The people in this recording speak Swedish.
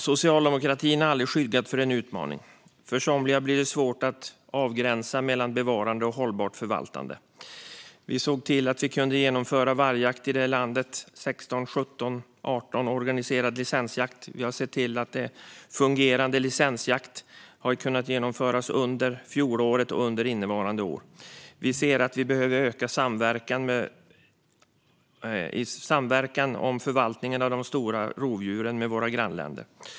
Socialdemokratin har aldrig skyggat för en utmaning. För somliga är det svårt att avgränsa mellan bevarande och hållbart förvaltande. Vi såg till att organiserad vargjakt kunde genomföras här i landet 2016, 2017 och 2018. Vi har sett till att fungerande licensjakt kunnat genomföras under fjolåret och under innevarande år. Vi ser att vi behöver öka samverkan om förvaltningen av de stora rovdjuren med våra grannländer.